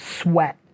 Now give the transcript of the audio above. sweat